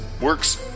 works